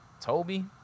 Toby